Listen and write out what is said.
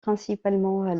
principalement